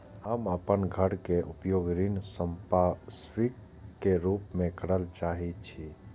हम अपन घर के उपयोग ऋण संपार्श्विक के रूप में करल चाहि छी